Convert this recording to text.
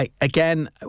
Again